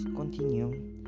continue